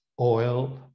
oil